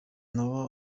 nawe